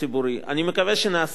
אני מקווה שנעשה את זה,